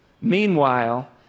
Meanwhile